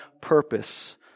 purpose